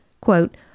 quote